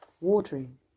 watering